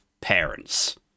parents